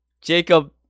Jacob